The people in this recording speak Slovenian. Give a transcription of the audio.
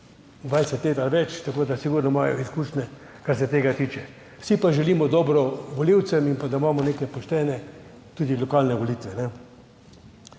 20 let ali več, tako da imajo sigurno izkušnje, kar se tega tiče. Vsi pa želimo dobro volivcem in pa da imamo neke poštene tudi lokalne volitve.